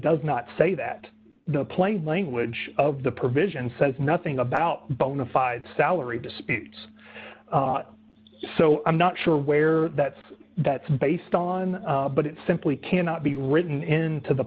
does not say that the plain language of the provision says nothing about bona fide salary disputes so i'm not sure where that's that's based on but it simply cannot be written into the